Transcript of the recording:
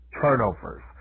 turnovers